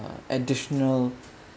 additional